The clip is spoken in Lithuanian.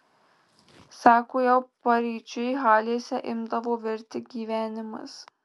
sako jau paryčiui halėse imdavo virti gyvenimas